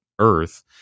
earth